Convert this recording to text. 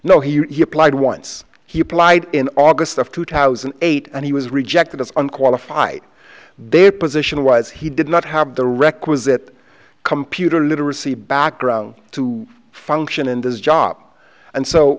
no he applied once he applied in august of two thousand and eight and he was rejected as unqualified their position was he did not have the requisite computer literacy background to function in this job and so